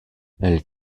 elle